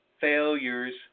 failures